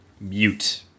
Mute